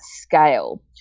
scale